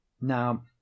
Now